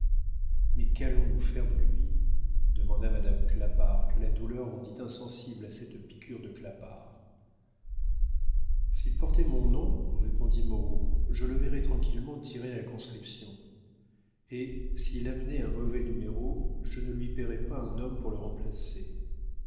mais qu'allons-nous faire de lui demanda madame clapart que la douleur rendit insensible à cette piqûre de clapart s'il portait mon nom répondit moreau je le verrais tranquillement tirer à la conscription et s'il amenait un mauvais numéro je ne lui paierais pas un homme pour le remplacer